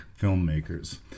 filmmakers